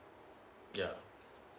yeah